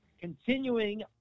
continuing